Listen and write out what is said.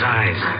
eyes